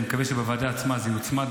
אני מקווה שבוועדה עצמה זה יוצמד,